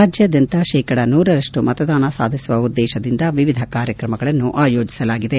ರಾಜ್ನಾದ್ಯಂತ ಶೇಕಡ ನೂರರಷ್ಟು ಮತದಾನ ಸಾಧಿಸುವ ಉದ್ದೇಶದಿಂದ ವಿವಿಧ ಕಾರ್ಯಕ್ರಮಗಳನ್ನು ಆಯೋಜಿಸಲಾಗಿದೆ